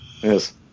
Yes